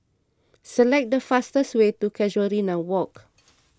select the fastest way to Casuarina Walk